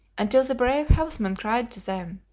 until the brave helmsman cried to them,